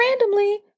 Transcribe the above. randomly